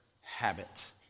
habit